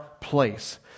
place